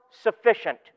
sufficient